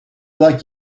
like